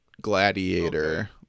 gladiator